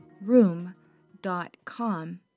room.com